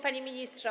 Panie Ministrze!